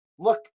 Look